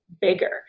bigger